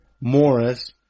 Morris